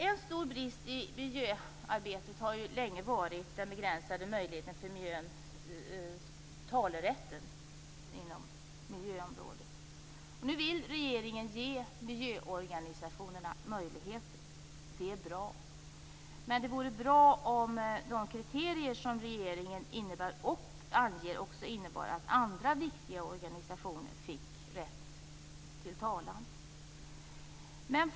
En stor brist i miljöarbetet har länge varit den begränsade möjligheten till talerätt inom miljöområdet. Nu vill regeringen ge miljöorganisationerna möjligheter på detta område. Det är bra. Det vore också bra om de kriterier som regeringen anger innebar en rätt till talan för andra viktiga organisationer.